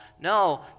No